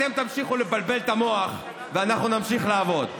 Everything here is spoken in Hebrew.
אתם תמשיכו לבלבל את המוח ואנחנו נמשיך לעבוד.